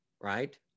right